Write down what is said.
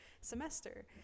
semester